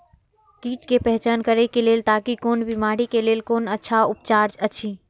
कीट के पहचान करे के लेल ताकि कोन बिमारी के लेल कोन अच्छा उपचार अछि?